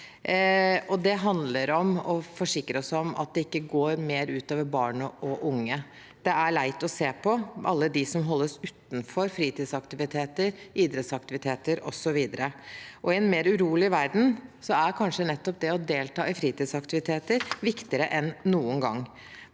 oss om at det ikke går mer ut over barn og unge. Det er leit å se alle dem som holdes utenfor fritidsaktiviteter, idrettsaktiviteter osv. I en mer urolig verden er kanskje nettopp det å delta i fritidsaktiviteter viktigere enn noen gang.